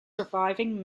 surviving